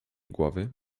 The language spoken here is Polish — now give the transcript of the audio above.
głowy